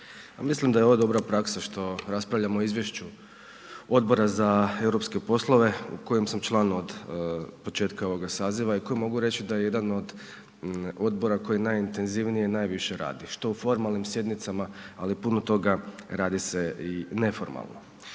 mislim da je ova dobra praksa što raspravljamo o izvješću Odbora za europske poslove u kojem sam član od početka ovoga saziva i koji mogu reći da je jedan od odbora koji najintenzivnije i najviše radi, što u formalnim sjednicama, ali puno toga radi se i neformalno.